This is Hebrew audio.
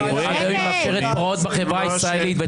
לא אם היא מאפשרת פרעות בחברה הישראלית.